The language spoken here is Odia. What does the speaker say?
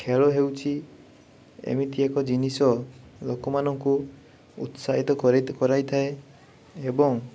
ଖେଳ ହେଉଛି ଏମିତି ଏକ ଜିନିଷ ଲୋକମାନଙ୍କୁ ଉତ୍ସାହିତ କରାଇ କରାଇଥାଏ ଏବଂ